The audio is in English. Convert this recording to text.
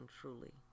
truly